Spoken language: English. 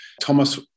Thomas